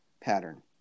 pattern